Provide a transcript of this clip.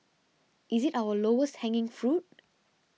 is it our lowest hanging fruit